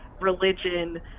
religion